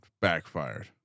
backfired